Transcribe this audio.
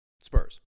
Spurs